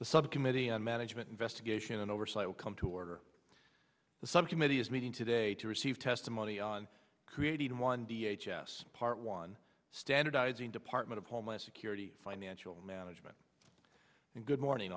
the subcommittee on management investigation and oversight will come to order the subcommittee is meeting today to receive testimony on creating one d h s part one standardizing department of homeland security financial management and good morning